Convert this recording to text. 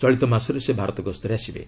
ଚଳିତ ମାସରେ ସେ ଭାରତ ଗସ୍ତରେ ଆସିବେ